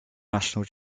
national